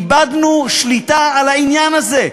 איבדנו שליטה על העניין הזה.